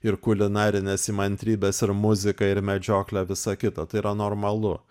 ir kulinarines įmantrybes ir muziką ir medžioklę visa kita tai yra normalu